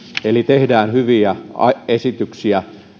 eli tehdään hyviä esityksiä